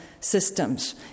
systems